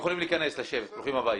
ברוכים הבאים.